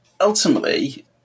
ultimately